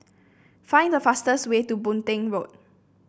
find the fastest way to Boon Teck Road